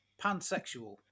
Pansexual